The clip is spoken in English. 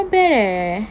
not bad eh